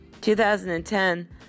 2010